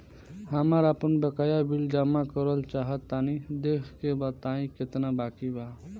हमरा आपन बाकया बिल जमा करल चाह तनि देखऽ के बा ताई केतना बाकि बा?